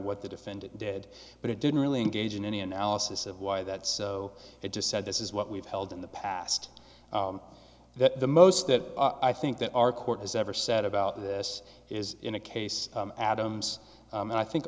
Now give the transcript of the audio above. what the defendant dead but it didn't really engage in any analysis of why that's so it just said this is what we've held in the past that the most that i think that our court has ever said about this is in a case adams and i think